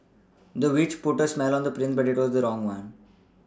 the witch put a spell on the prince but it the wrong one